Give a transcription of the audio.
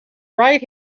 right